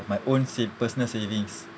my own sav~ personal savings